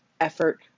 effort